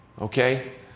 Okay